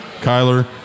Kyler